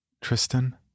Tristan